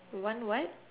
one what